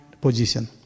position